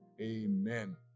Amen